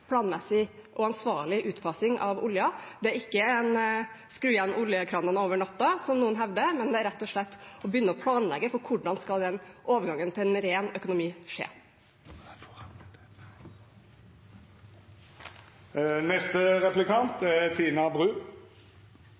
planmessig og ansvarlig utfasing av oljen. Det er ikke å skru igjen oljekranene over natten, slik noen hevder, men rett og slett å begynne å planlegge for hvordan den overgangen til en ren økonomi skal skje.